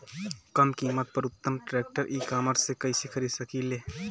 कम कीमत पर उत्तम ट्रैक्टर ई कॉमर्स से कइसे खरीद सकिले?